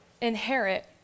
inherit